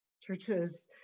churches